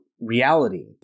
reality